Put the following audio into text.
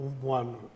one